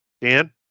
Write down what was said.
Dan